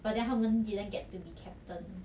but then 他们 didn't get to be captain